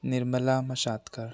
Nirmala Mashatkar